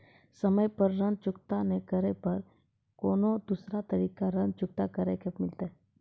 समय पर ऋण चुकता नै करे पर कोनो दूसरा तरीका ऋण चुकता करे के मिलतै?